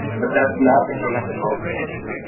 but that's not the case in most states,